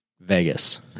Vegas